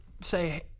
say